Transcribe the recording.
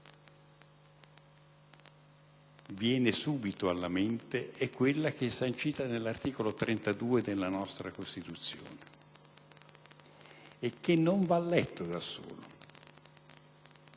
viene subito alla mente è quella sancita nell'articolo 32 della nostra Costituzione, che non va letto da solo: